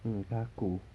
mm kaku